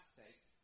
sake